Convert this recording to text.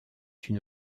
une